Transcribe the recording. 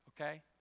Okay